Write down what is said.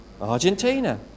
Argentina